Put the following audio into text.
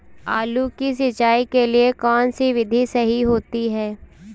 आलू की सिंचाई के लिए कौन सी विधि सही होती है?